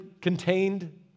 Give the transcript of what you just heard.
contained